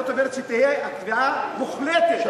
שתהיה קביעה מוחלטת,